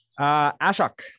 Ashok